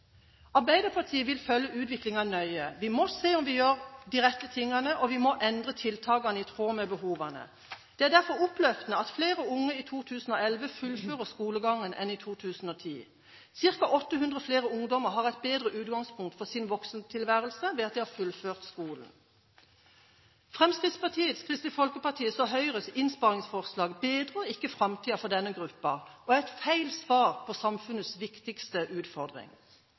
Arbeiderpartiet vil følge utviklingen nøye. Vi må se om vi gjør de rette tingene, og vi må endre tiltakene i tråd med behovene. Det er derfor oppløftende at i 2011 fullførte flere unge skolegangen enn i 2010. Ca. 800 flere ungdommer har fått et bedre utgangspunkt for sin voksentilværelse ved at de har fullført skolen. Fremskrittspartiet, Kristelig Folkeparti og Høyres innsparingsforslag bedrer ikke framtida for denne gruppen og er feil svar på samfunnets viktigste utfordring.